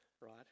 right